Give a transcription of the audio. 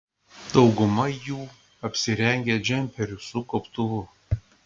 dauguma jų apsirengę džemperiu su gobtuvu